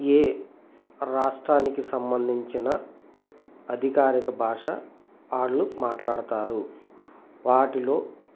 ఏ రాష్ట్రానికి సంబంధించిన అధికారిక భాష వాళ్ళు మాట్లాడతారు వాటిలో